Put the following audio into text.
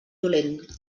dolent